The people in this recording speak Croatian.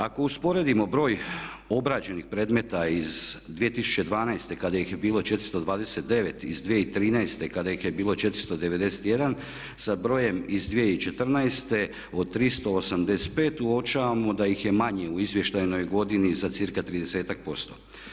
Ako usporedimo broj obrađenih predmeta iz 2012. kada ih je bilo 429 iz 2013. kada ih je bilo 491 sa brojem iz 2014. od 385 uočavamo da ih je manje u izvještajnoj godini za cirka tridesetak posto.